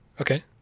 Okay